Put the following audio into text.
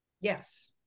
yes